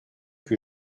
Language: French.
que